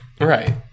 Right